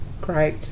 Great